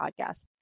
podcast